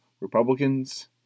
Republicans